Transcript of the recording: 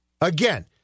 again